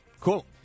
cool